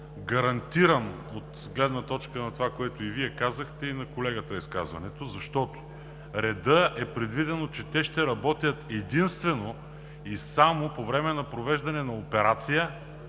гарантиран от гледна точка на това, което и Вие казахте, и на колегата в изказването, защото в реда е предвидено, че те ще работят единствено и само по време на провеждане на операция,